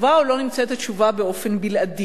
או לא נמצאת התשובה באופן בלעדי.